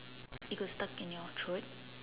it could stuck in your throat